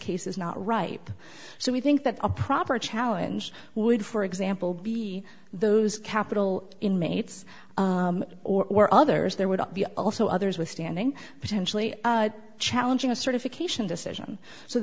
case is not ripe so we think that a proper challenge would for example be those capital inmates or others there would be also others withstanding potentially challenging a certification decision so